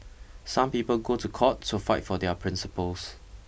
some people go to court to fight for their principles